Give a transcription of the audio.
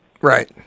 Right